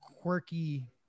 quirky